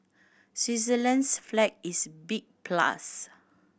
Switzerland's flag is big plus